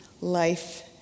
life